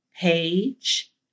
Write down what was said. page